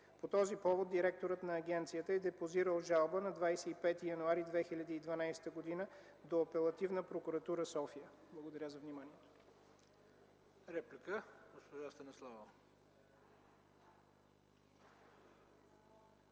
По този повод директорът на агенцията е депозирал жалба на 25 януари 2012 г. до Апелативна прокуратура – София. Благодаря за вниманието.